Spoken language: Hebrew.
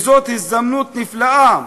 וזאת הזדמנות נפלאה